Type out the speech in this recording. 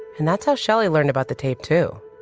and that's how shelly learned about the tape too.